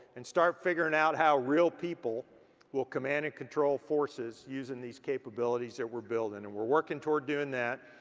and start figuring out how real people will command and control forces using these capabilities that we're building and we're working toward doing that.